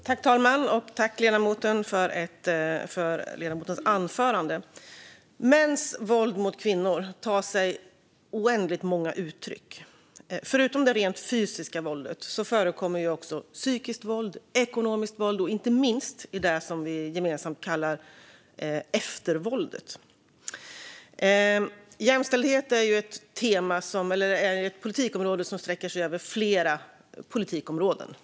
Fru talman! Jag tackar ledamoten för anförandet. Mäns våld mot kvinnor tar sig oändligt många uttryck. Förutom det rent fysiska våldet förekommer också psykiskt våld, ekonomiskt våld och inte minst det vi gemensamt kallar eftervåldet. Jämställdhet är ett område som täcker flera politikområden.